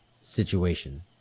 situation